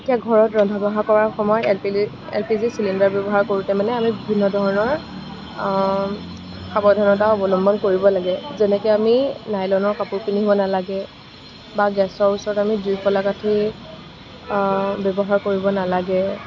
এতিয়া ঘৰত ৰন্ধা বঢ়া কৰাৰ সময়ত এলপিলি এলপিজি চিলিণ্ডাৰ ব্যৱহাৰ কৰোঁতে মানে আমি বিভিন্ন ধৰণৰ সাৱধানতা অৱলম্বন কৰিব লাগে যেনেকে আমি নাইলনৰ কাপোৰ পিন্ধিব নালাগে বা গেছৰ ওচৰত আমি জুইশলা কাঠি ব্যৱহাৰ কৰিব নালাগে